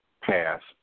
passed